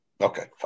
Okay